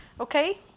Okay